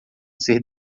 ser